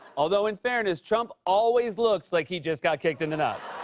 although in fairness, trump always looks like he just got kicked in the nuts.